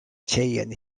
tjejen